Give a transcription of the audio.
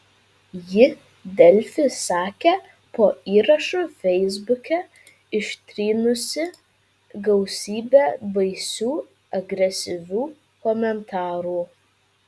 ji delfi sakė po įrašu feisbuke ištrynusi gausybę baisių agresyvių komentarų